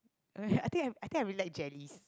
I will had I think I will like jelly